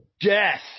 death